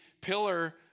pillar